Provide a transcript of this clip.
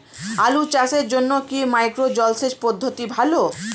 আলু চাষের জন্য কি মাইক্রো জলসেচ পদ্ধতি ভালো?